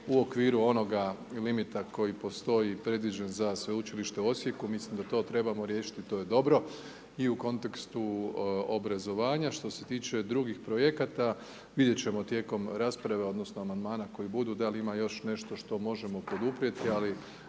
u okviru onoga limita koji postoji predviđen za Sveučilište u Osijeku, mislim da to trebamo riješiti, to je dobro i u kontekstu obrazovanja. Što se tiče drugih projekata, vidjeti ćemo tijekom rasprave odnosno Amandmana koji budu, da li ima još nešto što možemo poduprijeti, ali